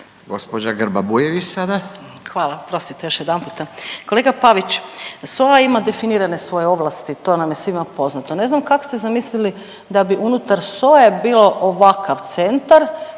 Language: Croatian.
sada. **Grba-Bujević, Maja (HDZ)** Hvala. Oprostite još jedanputa. Kolega Pavić, SOA ima definirane svoje ovlasti to nam je svima poznato. Ne znam kak' ste zamislili da bi unutar SOA-e bio ovakav centar